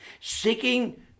Seeking